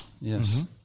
yes